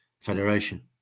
Federation